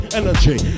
energy